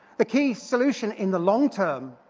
the key solution in the long term,